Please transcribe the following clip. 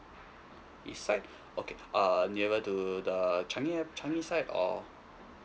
east side okay uh nearer to the changi ai~ changi side or